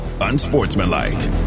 Unsportsmanlike